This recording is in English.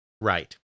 Right